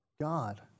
God